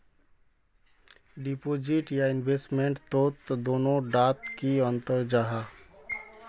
Deposit या investment तोत दोनों डात की अंतर जाहा?